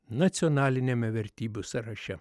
nacionaliniame vertybių sąraše